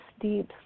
deep